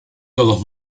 todos